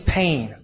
pain